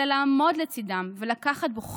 אלא לעמוד לצידם ולקחת בו חלק.